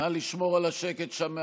נא לשמור על השקט שם מאחור.